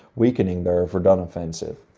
weakening their verdun offensive.